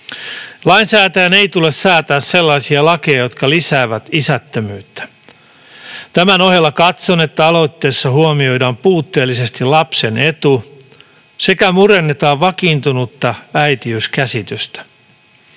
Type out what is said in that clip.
Lainsäätäjän ei tule säätää sellaisia lakeja, jotka lisäävät isättömyyttä. Tämän ohella katson, että aloitteessa huomioidaan puutteellisesti lapsen etu ja murennetaan vakiintunutta äitiyskäsitystä.